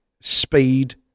speed